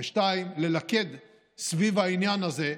2. ללכד סביב העניין הזה,